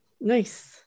Nice